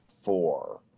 four